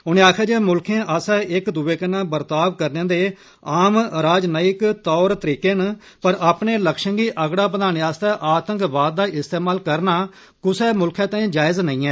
उनें आक्खेया जे मुल्खें आस्सेया इक दूए कन्नै बर्ताव करने दे आम राजनयिक तौर तरीके न पर अपने लक्ष्यें गी अगड़ा बदाने आस्तै आतंकवाद दा इस्तमाल करना कुसै मुल्खै तांई जायज़ नेंई ऐ